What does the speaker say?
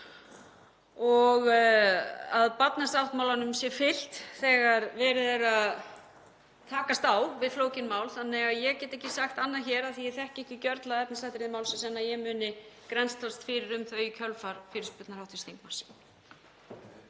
og að barnasáttmálanum sé fylgt þegar verið er að takast á við flókin mál. Þannig að ég get ekki sagt annað hér, af því að ég þekki ekki gjörla efnisatriði málsins, en að ég muni grennslast fyrir um þau í kjölfar fyrirspurnar hv. þingmanns.